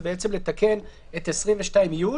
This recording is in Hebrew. זה לתקן את 22י,